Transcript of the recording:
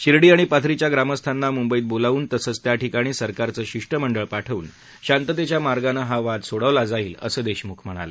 शिर्डी आणि पाथरीच्या ग्रामस्थांना मुंबईत बोलावून तसंच त्या ठिकाणी सरकारचं शिष्टमंडळ पाठवून शांततेच्या मार्गाने हा वाद सोडवण्यात येईल असं देशमुख म्हणाले